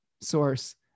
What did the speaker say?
source